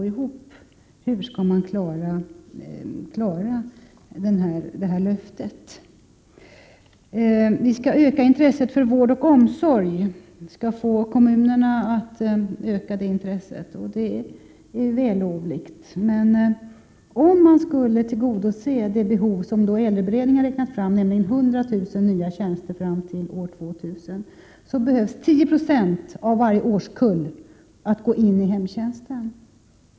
Vi skall få kommunerna att öka intresset för vård och omsorg, och det är vällovligt. Men om man skulle tillgodose det behov som äldreberedningen har räknat fram, nämligen 100 000 nya tjänster fram till år 2000, behövs det att 10 20 av varje årskull går in i hemtjänsten.